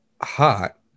hot